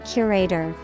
Curator